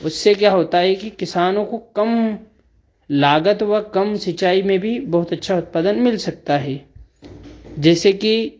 उससे क्या होता है कि किसानों को कम लागत व कम सिंचाई में भी बहुत अच्छा उत्पादन मिल सकता है जैसे कि